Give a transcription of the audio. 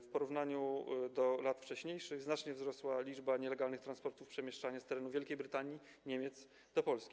W porównaniu z latami wcześniejszymi znacznie wzrosła liczba nielegalnych transportów, przemieszczania z terenu Wielkiej Brytanii, Niemiec do Polski.